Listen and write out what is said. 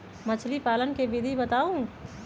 मछली पालन के विधि बताऊँ?